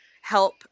help